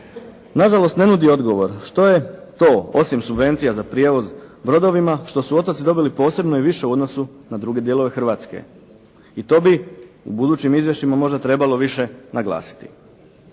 na žalost ne nudi odgovor što je to osim subvencija za prijevoz brodovima, što su otoci dobili posebno i više u odnosu na druge dijelove Hrvatske. I to bi u budućim izvješćima možda trebalo više naglasiti.